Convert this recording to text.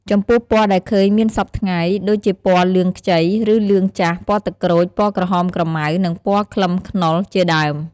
ចំពោះពណ៌ដែលឃើញមានសព្វថ្ងៃដូចជាពណ៌លឿងខ្ចី ឬលឿងចាស់ ពណ៌ទឹកក្រូច ពណ៌ក្រហមក្រមៅ និងពណ៌ខ្លឹមខ្នុរ ជាដើម។